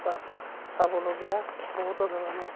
তাত চাবলগীয়া বহুতো ধৰণৰ